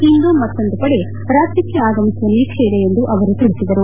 ಇಂದು ಮತ್ತೊಂದು ಪಡೆ ರಾಜ್ಚಕ್ಕೆ ಆಗಮಿಸುವ ನಿರೀಕ್ಷೆ ಇದೆ ಎಂದು ಅವರು ತಿಳಿಸಿದರು